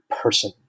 person